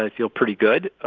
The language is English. ah feel pretty good.